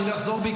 אני לא אחזור בי,